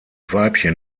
weibchen